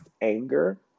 anger